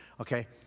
okay